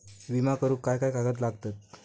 विमा करुक काय काय कागद लागतत?